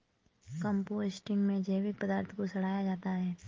composting में जैविक पदार्थ को सड़ाया जाता है